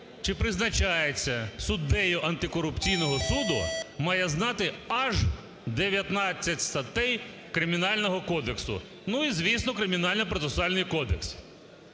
чи призначається суддею антикорупційного суду, має знати аж 19 статей Кримінального кодексу, і, звісно, Кримінально-процесуальний кодекс.